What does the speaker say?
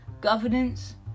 governance